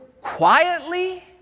quietly